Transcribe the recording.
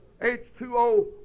H2O